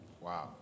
Wow